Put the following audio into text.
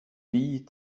filles